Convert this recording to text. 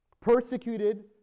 persecuted